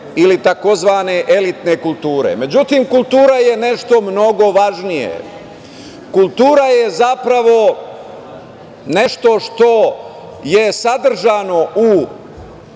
ili tzv. elitne kulture.Međutim, kultura je nešto mnogo važnije, kultura je zapravo nešto što je sadržano u